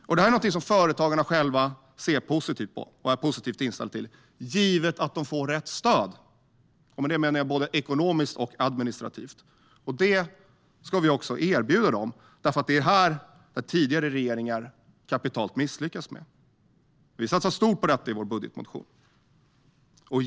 Det här är något som företagarna själva ser positivt på och är positivt inställda till - givet att de får rätt stöd. Med det menar jag både ekonomiskt och administrativt. Det ska vi också erbjuda dem. Det är här tidigare regeringar har misslyckats kapitalt. Sverigedemokraterna satsar stort i sin budgetmotion.